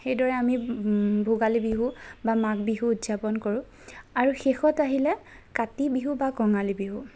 সেইদৰে আমি ভোগালী বিহু বা মাঘ বিহু উদযাপন কৰোঁ আৰু শেষত আহিলে কাতি বিহু বা কঙালী বিহু